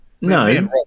No